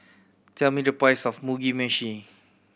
tell me the price of Mugi Meshi